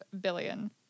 billion